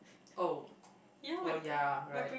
oh oh ya right